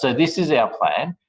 so this is our plan.